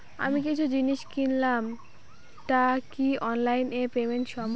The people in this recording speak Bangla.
আমি কিছু জিনিস কিনলাম টা কি অনলাইন এ পেমেন্ট সম্বভ?